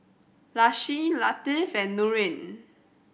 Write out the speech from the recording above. Lasih Latif and Nurin